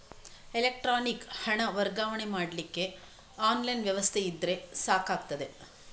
electronic ಹಣ ವರ್ಗಾವಣೆ ಮಾಡ್ಲಿಕ್ಕೆ ಆನ್ಲೈನ್ ವ್ಯವಸ್ಥೆ ಇದ್ರೆ ಸಾಕಾಗ್ತದೆ